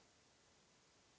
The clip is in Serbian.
Hvala